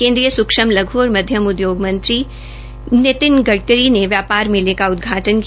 केन्द्रीय सुक्षम लघ् और मध्यम उदयोग मंत्री नितिन गडकरी ने व्यापार मेले का उदघाटन किया